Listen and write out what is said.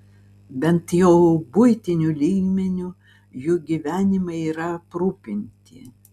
bent jau buitiniu lygmeniu jų gyvenimai yra aprūpinti